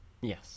yes